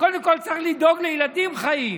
קודם כול צריך לדאוג לילדים חיים,